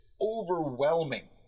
overwhelming